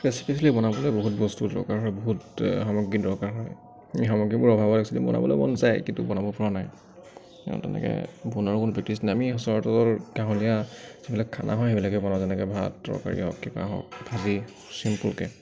recipe খালি বনাবলৈ বহুত বস্তু দৰকাৰ হয় বহুত সামগ্ৰী দৰকাৰ হয় এই সামগ্ৰীবোৰৰ অভাৱত এক্সোৱেলি বনাবলৈ বন যায় কিন্তু বনাবপৰা নাই তেনেকৈ বনোৱাৰো কোনো প্ৰেক্টিছ নাই আমি সচৰাচৰ গাঁৱলীয়া যিবিলাক খানা হয় সেইবিলাকে বনাওঁ যেনেকৈ ভাত তৰকাৰী হওক কিবা হওক ভাজি চিম্পুলকৈ